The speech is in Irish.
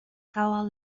ghabháil